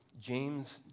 James